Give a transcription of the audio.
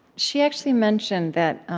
she actually mentioned that,